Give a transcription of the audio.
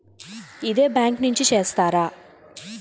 ఇదే బ్యాంక్ నుంచి చేస్తారా?